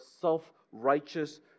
self-righteous